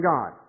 God